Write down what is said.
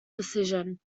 decision